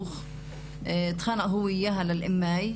נאילה עואד, מנשים נגד אלימות.